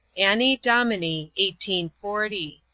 anny dominy eighteen forty.